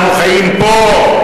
אנחנו חיים פה.